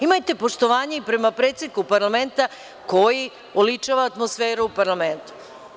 Imajte poštovanja i prema predsedniku parlamenta, koji oličava atmosferu parlamenta.